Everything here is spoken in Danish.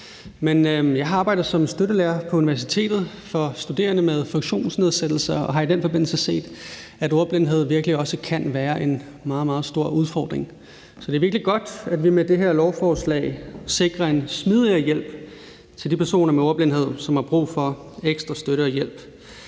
jeg har arbejdet på universitetet som støttelærer for studerende med funktionsnedsættelser og har i den forbindelse set, at ordblindhed virkelig også kan være en meget, meget stor udfordring. Så det er virkelig godt, at vi med det her lovforslag sikrer en smidigere hjælp til de personer med ordblindhed, som har brug for ekstra støtte og hjælp.